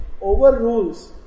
overrules